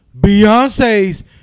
Beyonce's